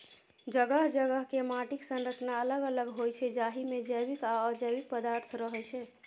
जगह जगह के माटिक संरचना अलग अलग होइ छै, जाहि मे जैविक आ अजैविक पदार्थ रहै छै